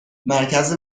مرکز